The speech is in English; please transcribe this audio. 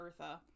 Eartha